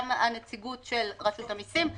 גם נציגות רשות המסים,